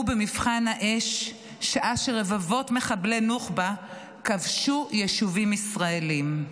במבחן האש שעה שרבבות מחבלי נוח'בה כבשו יישובים ישראליים.